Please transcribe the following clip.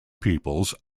peoples